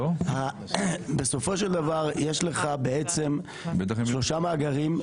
בסופו של דבר יש לך בעצם שלושה מאגרים.